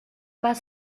pas